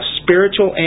spiritual